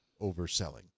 overselling